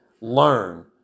learn